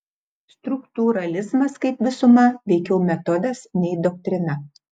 struktūralizmas kaip visuma veikiau metodas nei doktrina